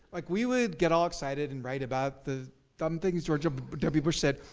like we would get all excited and write about the dumb things george but w. bush said,